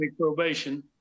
probation